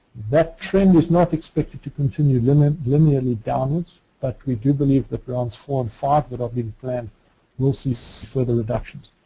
that trend is not expected to continue and linearly downwards but we do believe that rounds four and five that are being planned will see so further reductions.